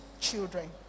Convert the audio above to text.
children